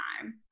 time